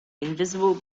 invisible